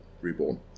reborn